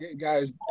Guys